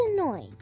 annoying